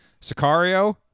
Sicario